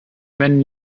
when